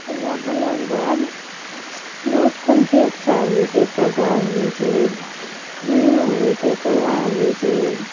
सुबह बोलैके बाद बहुत पक्षी अच्छा होइ छै कागा होइ छै मैना होइ छै कौआ होइ छै